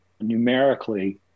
numerically